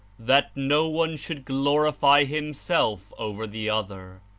that no one should glorify himself over the other?